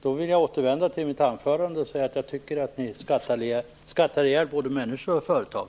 Då vill jag återvända till mitt anförande och säga att jag tycker att ni skattar ihjäl både människor och företag.